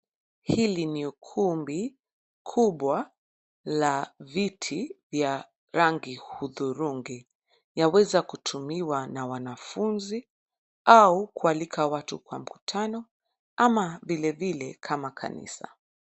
Hili ni ukumbi kubwa la viti vya rangi hudhurungi. Yaweza kutumiwa na wanafunzi au kualika watu kwa mkutano ama vilevile kama kanisa.